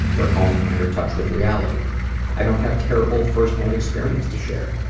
her home, and her touch with reality i don't have terrible firsthand experience to share.